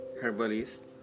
herbalist